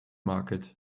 market